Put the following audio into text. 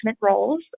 roles